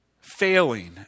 failing